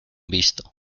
visto